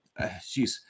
Jeez